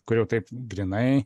kur jau taip grynai